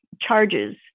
charges